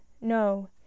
No